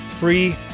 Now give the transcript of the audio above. free